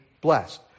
blessed